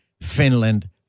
Finland